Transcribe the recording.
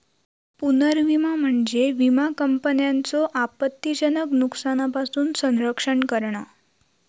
पुनर्विमा म्हणजे विमा कंपन्यांचो आपत्तीजनक नुकसानापासून संरक्षण करणा